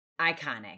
iconic